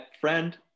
friend